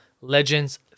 Legends